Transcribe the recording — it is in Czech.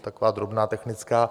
Taková drobná technická.